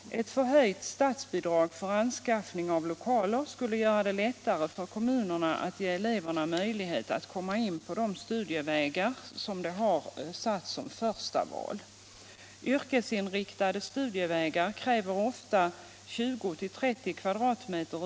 Ett förhöjt statsbidrag för anskaffning av lokaler skulle göra det lättare för kommunerna att ge eleverna möjlighet att komma in på de studievägar som de har satt som första val. Yrkesinriktade studievägar kräver ofta 20-30 m?